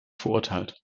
verurteilt